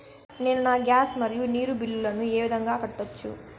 నేను నా గ్యాస్, మరియు నీరు బిల్లులను ఏ విధంగా కట్టొచ్చు?